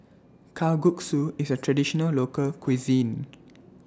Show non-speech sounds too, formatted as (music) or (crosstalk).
Kalguksu IS A Traditional Local Cuisine (noise)